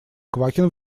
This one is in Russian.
квакин